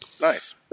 Nice